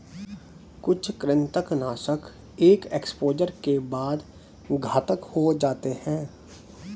कुछ कृंतकनाशक एक एक्सपोजर के बाद घातक हो जाते है